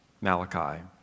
Malachi